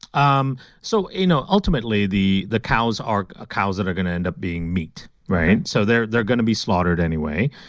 um so you know ultimately, the the cows are ah cows that are going to end up being meat. so they're they're going to be slaughtered anyway.